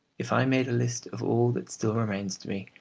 if i made a list of all that still remains to me,